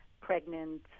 pregnant